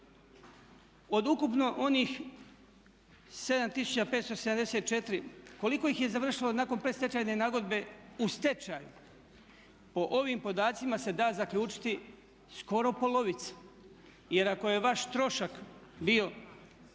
Od ukupno onih 7574 koliko ih je završilo nakon predstečajne nagodbe u stečaju? Po ovim podacima se da zaključiti skoro polovica. Jer ako je vaš trošak bio